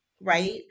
right